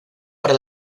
para